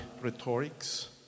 rhetorics